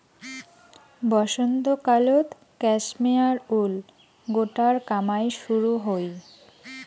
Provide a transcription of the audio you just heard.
বসন্তকালত cashmere wool গোটার কামাই শুরু হই